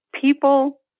people